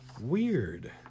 Weird